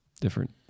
different